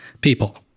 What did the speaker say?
People